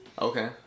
Okay